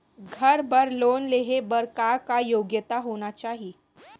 घर बर लोन लेहे बर का का योग्यता होना चाही?